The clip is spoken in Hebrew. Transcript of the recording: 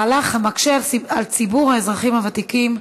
מהלך המקשה על ציבור האזרחים הוותיקים,